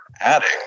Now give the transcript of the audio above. adding